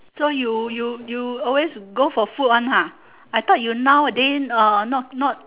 so you you you always go for food one ha I thought you now a day uh not not